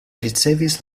ricevis